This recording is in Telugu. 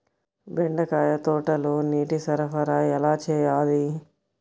బెండకాయ తోటలో నీటి సరఫరా ఎలా చేయాలి?